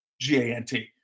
G-A-N-T